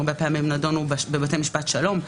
הרבה פעמים נדונו בבתי משפט שלום,